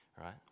right